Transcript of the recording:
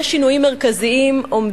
ביקוריך הקודמים חלו שני שינויים מרכזיים.